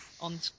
on